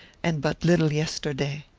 and but little yesterday.